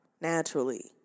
naturally